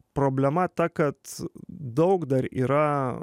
problema ta kad daug dar yra